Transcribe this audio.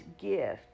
gift